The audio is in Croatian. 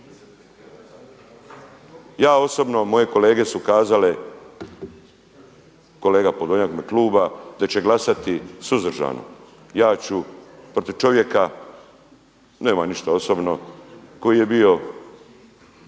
Ja osobno, moje kolege su kazale, kolega Podolnjak u ime kluba, da će glasati suzdržano. Ja ću, protiv čovjeka, nemam ništa osobno, koji je bio